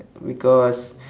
because